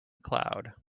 cloud